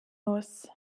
muss